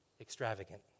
extravagant